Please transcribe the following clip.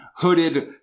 Hooded